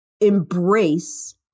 embrace